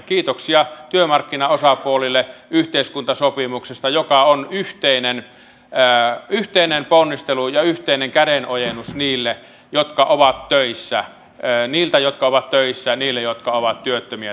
kiitoksia työmarkkinaosapuolille yhteiskuntasopimuksesta joka on yhteinen ponnistelu ja yhteinen kädenojennus niille jotka ovat töissä ei niiltä jotka ovat töissä niille jotka ovat työttömiä tänä päivänä